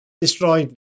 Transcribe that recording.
destroyed